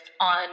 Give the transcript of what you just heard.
on